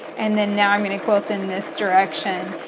and then now i'm going to quilt in this direction.